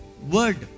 Word